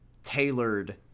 tailored